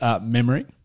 memory